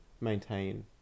maintain